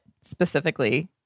specifically